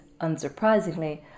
unsurprisingly